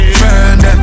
friend